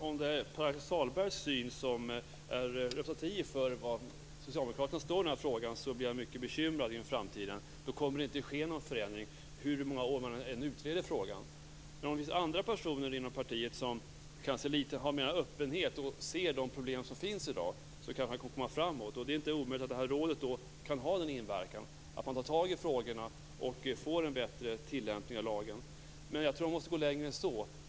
Herr talman! Om Pär-Axel Sahlbergs syn är representativ för var Socialdemokraterna står i den här frågan blir jag mycket bekymrad inför framtiden. Då kommer det inte att ske någon förändring hur många år man än utreder frågan. Men om det finns andra personer inom partiet som är litet mer öppna och ser de problem som finns i dag kan man kanske komma framåt. Det är inte omöjligt att det här rådet kan ha den inverkan att man tar tag i frågorna och får en bättre tillämpning av lagen. Men jag tror att man måste gå längre än så.